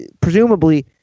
presumably